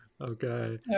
Okay